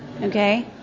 Okay